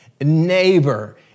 neighbor